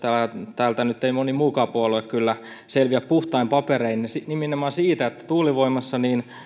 täältä ei nyt moni muukaan puolue kyllä selviä puhtain paperein nimenomaan siitä että tuulivoimassa